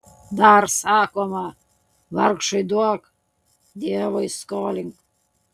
dar sakoma vargšui duok dievui skolink